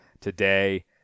today